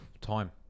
time